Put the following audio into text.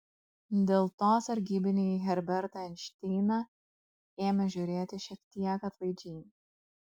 dėl to sargybiniai į herbertą einšteiną ėmė žiūrėti šiek tiek atlaidžiai